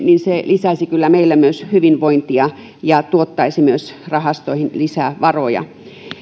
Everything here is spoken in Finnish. niin se lisäisi kyllä meillä myös hyvinvointia ja tuottaisi myös rahastoihin lisää varoja